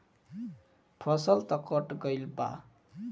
फसल तऽ कट गइल बा